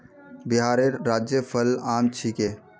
बिहारेर राज्य फल आम छिके